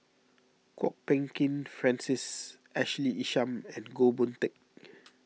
Kwok Peng Kin Francis Ashley Isham and Goh Boon Teck